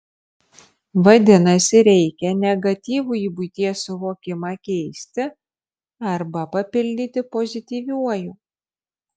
vadinasi reikia negatyvųjį buities suvokimą keisti arba papildyti pozityviuoju